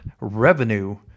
revenue